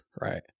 right